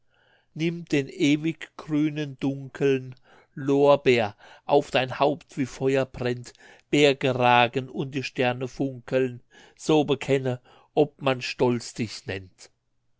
nimm den ewig grünen dunkeln lorbeer auf dein haupt wie feuer brennt berge ragen und die sterne funkeln so bekenne ob man stolz dich nennt